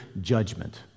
judgment